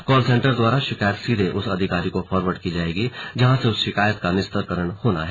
call centre द्वारा शिकायत सीधे उस अधिकारी को फॉरवर्ड की जाएगी जहां से उस शिकायत का निस्तारण किया जाना है